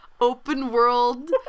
open-world